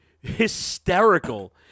Hysterical